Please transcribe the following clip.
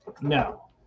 No